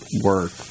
work